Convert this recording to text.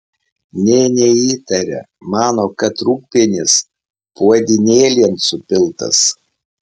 nė neįtaria mano kad rūgpienis puodynėlėn supiltas